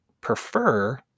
prefer